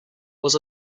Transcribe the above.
was